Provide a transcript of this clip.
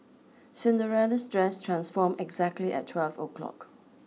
Cinderella's dress transformed exactly at twelve o' clock